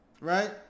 right